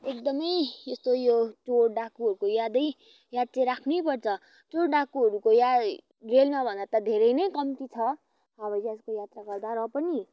एकदमै यस्तो यो चोर डाकुहरूको यादै याद चाहिँ राख्नैपर्छ चोर डाकुहरूको याद रेलमा भन्दा त धेरै नै कम्ती छ हवाइजहाजको यात्रा गर्दा र पनि